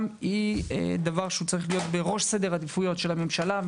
היא דבר שצריך להיות בראש סדר העדיפויות של הממשלה,